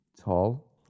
Tall